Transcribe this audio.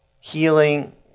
healing